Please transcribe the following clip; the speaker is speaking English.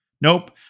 Nope